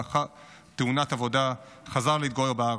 ולאחר תאונת עבודה חזר להתגורר בארץ.